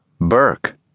Burke